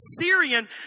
Syrian